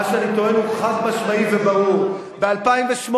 מה שאני טוען הוא חד-משמעי וברור: ב-2008